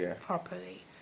properly